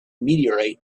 meteorite